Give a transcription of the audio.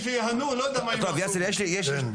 שיהינו או לא יודע מה הם יעשו.